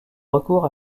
recours